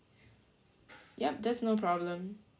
yup that's no problem